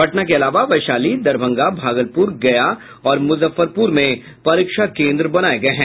पटना के अलावा वैशाली दरभंगा भागलपुर गया और मुजफ्फरपुर में परीक्षा केंद्र बनाये गये हैं